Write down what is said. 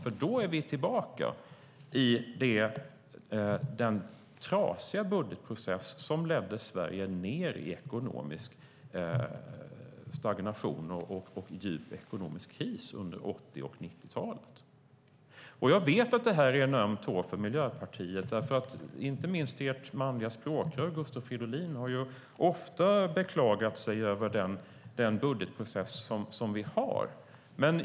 Då är vi nämligen tillbaka i den trasiga budgetprocess som ledde Sverige ned i ekonomisk stagnation och en djup ekonomisk kris under 80 och 90-talen. Jag vet att detta är en öm tå för Miljöpartiet, för inte minst ert manliga språkrör Gustav Fridolin har ofta beklagat sig över den budgetprocess vi har.